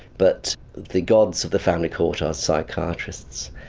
but the gods of the family court are psychiatrists.